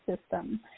system